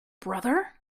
brother